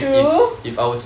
true